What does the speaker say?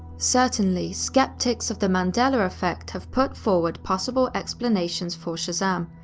certainly, sceptics of the mandela effect have put forward possible explanations for shazam,